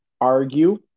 argue